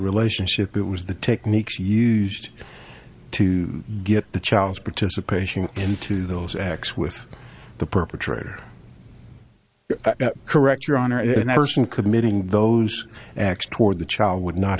relationship it was the techniques used to get the child's participation into those acts with the perpetrator correct your honor in an arson committing those acts toward the child would not